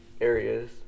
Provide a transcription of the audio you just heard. areas